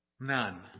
None